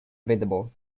visible